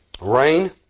Rain